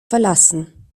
verlassen